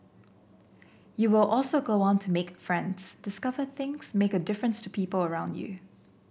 you will also go on to make friends discover things make a difference to people around you